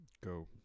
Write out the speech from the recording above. go